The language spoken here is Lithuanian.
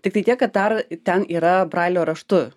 tiktai tiek kad dar ten yra brailio raštu